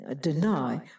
deny